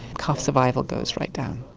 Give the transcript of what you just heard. calf survival goes right down.